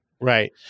right